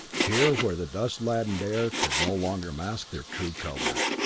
here, where the dust-laden air could no longer mask their true colors,